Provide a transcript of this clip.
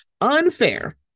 Unfair